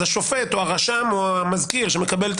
אז השופט או הרשם או המזכיר שמקבל את